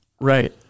Right